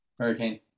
Hurricane